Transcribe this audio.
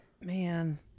Man